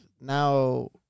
now